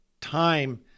time